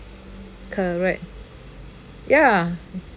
correct ya